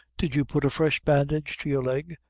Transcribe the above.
did you put a fresh bandage to your leg,